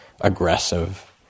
aggressive